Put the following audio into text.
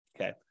Okay